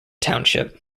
township